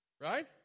Right